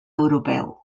europeu